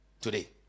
today